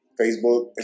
Facebook